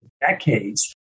decades